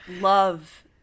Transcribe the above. love